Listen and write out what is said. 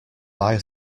buy